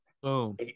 boom